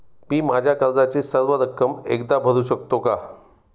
मी माझ्या कर्जाची सर्व रक्कम एकदा भरू शकतो का?